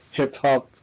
hip-hop